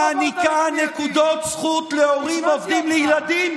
שמעניקה נקודות זכות להורים עובדים לילדים?